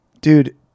Dude